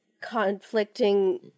conflicting